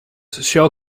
shell